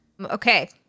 Okay